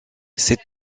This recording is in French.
cette